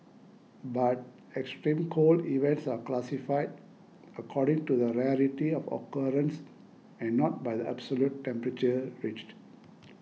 but extreme cold events are classified according to the rarity of occurrence and not by the absolute temperature reached